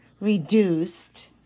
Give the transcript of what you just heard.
reduced